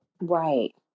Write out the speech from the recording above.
Right